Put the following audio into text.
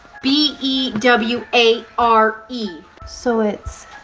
b e w a r e. so it's